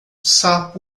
sapo